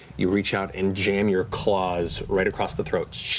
you reach out and jam your claws right across the throat.